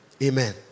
Amen